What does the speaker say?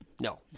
No